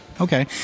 okay